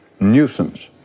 Nuisance